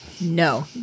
no